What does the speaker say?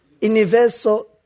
universal